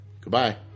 Goodbye